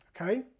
okay